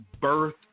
birth